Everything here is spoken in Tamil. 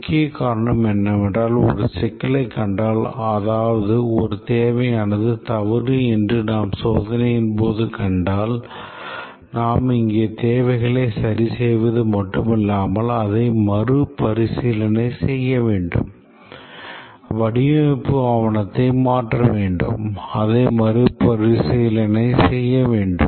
முக்கிய காரணம் என்னவென்றால் ஒரு சிக்கலைக் கண்டால் அதாவது ஒரு தேவையானது தவறு என்று நாம் சோதனையின் போது கண்டால் நாம் இங்கே தேவைகளைச் சரிசெய்வது மட்டுமல்லாமல் அதை மறுபரிசீலனை செய்ய வேண்டும் வடிவமைப்பு ஆவணத்தை மாற்ற வேண்டும் அதை மறுபரிசீலனை செய்ய வேண்டும்